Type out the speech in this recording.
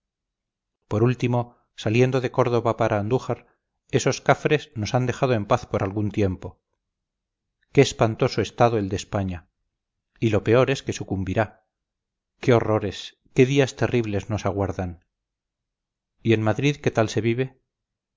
por último saliendo de córdoba para andújar esos cafres nos han dejado en paz por algún tiempo qué espantoso estado el de españa y lo peor es que sucumbirá qué horrores qué días terribles nos aguardan y en madrid qué tal se vive